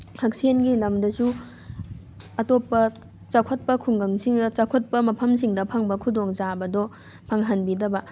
ꯍꯛꯁꯦꯜꯒꯤ ꯂꯝꯗꯁꯨ ꯑꯇꯣꯞꯄ ꯆꯥꯎꯈꯠꯄ ꯈꯨꯡꯒꯪꯁꯤꯡꯗ ꯆꯥꯎꯈꯠꯄ ꯃꯐꯝꯁꯤꯡꯗ ꯐꯪꯕ ꯈꯨꯗꯣꯡꯆꯥꯕꯗꯣ ꯐꯪꯍꯟꯕꯤꯗꯕ